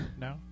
No